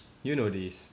you know this